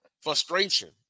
frustration